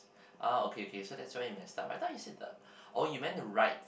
ah okay okay so that's where we messed up I thought you say the oh you meant right